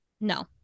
No